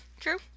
true